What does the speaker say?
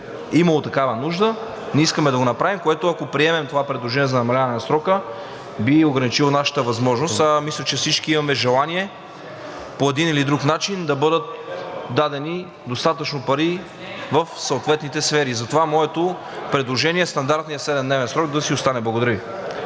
имало такава нужда, ние искаме да го направим, което, ако приемем това предложение за намаляване на срока, би ограничило нашата възможност. Мисля, че всички имаме желание по един или друг начин да бъдат дадени достатъчно пари в съответните сфери. Затова моето предложение е стандартният седемдневен срок да си остане. Благодаря Ви.